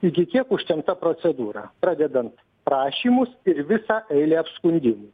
iki kiek užtemta procedūra pradedant prašymus ir visa eilė apskundimų